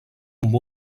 amb